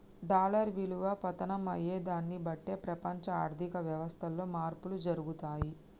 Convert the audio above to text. dollar విలువ పతనం అయ్యేదాన్ని బట్టే ప్రపంచ ఆర్ధిక వ్యవస్థలో మార్పులు జరుగుతయి